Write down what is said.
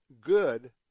good